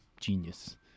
genius